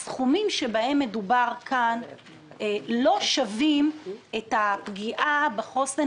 הסכומים שבהם מדובר כאן לא שווים את הפגיעה בחוסן